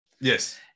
yes